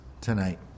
tonight